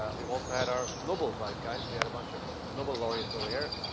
ah we also had our nobel zeitgeist. we had a bunch of nobel laureates over here.